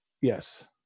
Yes